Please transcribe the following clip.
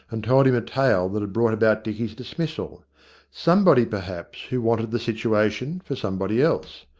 and told him a tale that had brought about dicky's dismissal somebody, perhaps, who wanted the situation for somebody else.